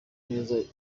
ndetse